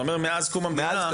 אתה אומר מאז קום המדינה,